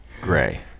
Gray